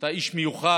אתה איש מיוחד.